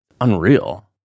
unreal